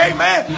Amen